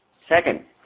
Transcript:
Second